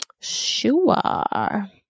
Sure